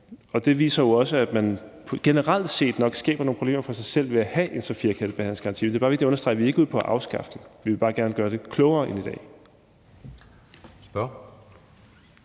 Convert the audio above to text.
Det viser jo også, at man generelt set nok skaber nogle problemer for sig selv ved at have en så firkantet behandlingsgaranti. Det er bare vigtigt at understrege, at vi ikke er ude på at afskaffe den. Vi vil bare gerne bruge den klogere end i dag.